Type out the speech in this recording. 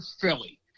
Philly